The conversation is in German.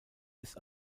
ist